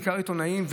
בעיקר עיתונאים,